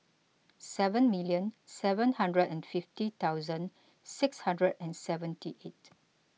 seven million seven hundred and fifty thousand six hundred and seventy eight